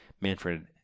Manfred